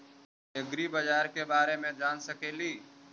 ऐग्रिबाजार के बारे मे जान सकेली?